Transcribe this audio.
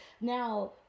now